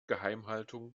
geheimhaltung